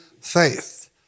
faith